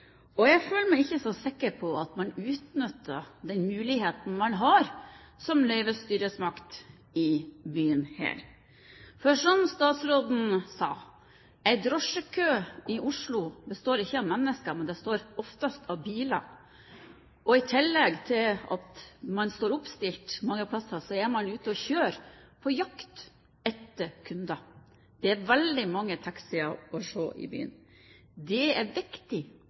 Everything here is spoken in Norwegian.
jeg føler meg ikke så sikker på at man utnytter den muligheten man har som løyvestyresmakt i byen her. For som statsråden sa: En drosjekø i Oslo består ikke alltid av mennesker, men svært ofte av biler. I tillegg til at drosjene står oppstilt mange steder, er man ute og kjører på jakt etter kunder. Det er veldig mange taxier å se i byen. Det er viktig